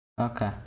Okay